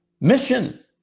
mission